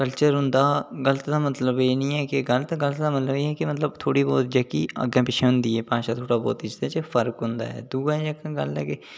culture होंदा गलत दा मतलब एह् निं ऐ के गलत दा मतलब एह् कि जेह्की थोह्ड़ी बहुत अग्गै पिच्छै होंदी ऐ फर्क होंदा ऐ दूआ जेह्की गल्ल ऐ कि